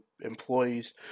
employees